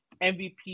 MVP